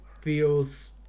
feels